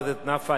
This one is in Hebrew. חבר הכנסת נפאע.